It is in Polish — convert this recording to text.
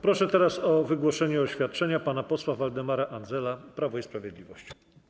Proszę teraz o wygłoszenie oświadczenia pana posła Waldemara Andzela, Prawo i Sprawiedliwość.